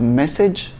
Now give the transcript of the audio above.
message